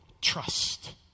trust